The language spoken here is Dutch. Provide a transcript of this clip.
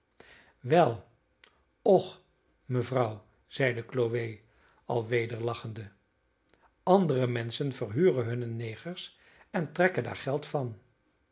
wel och mevrouw zeide chloe alweder lachende andere menschen verhuren hunne negers en trekken daar geld van